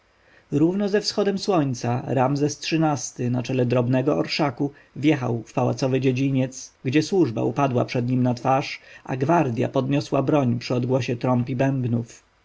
równo ze wschodem słońca ramzes xiii na czele drobnego orszaku wjechał w pałacowy dziedziniec gdzie służba upadła przed nim na twarz a gwardja podniosła broń przy odgłosie trąb i bębnów